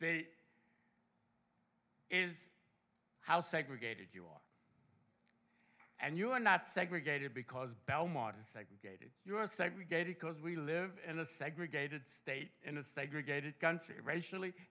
they is how segregated you are and you are not segregated because belmonte segregated you are segregated because we live in a segregated state in a segregated country racially